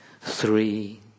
three